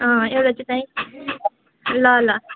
अँ एउटा चाहिँ त्यहीँ ल ल